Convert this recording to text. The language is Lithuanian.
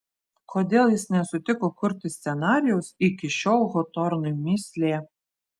kodėl jis nesutiko kurti scenarijaus iki šiol hotornui mįslė